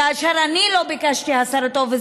כאשר אני לא ביקשתי הסרה,